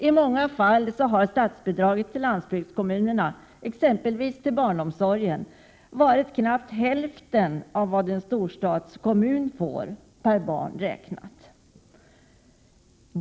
I många fall har statsbidraget till landsbygdskommunerna, exempelvis avseende barnomsorgen, varit knappt hälften mot vad en storstadskommun får räknat per barn.